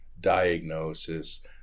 diagnosis